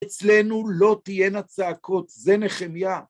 אצלנו לא תהיינה צעקות, זה נחמיה.